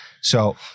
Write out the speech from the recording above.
So-